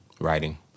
Writing